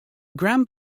gram